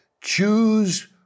choose